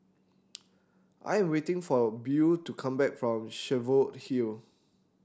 I am waiting for Beau to come back from Cheviot Hill